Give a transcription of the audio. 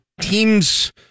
teams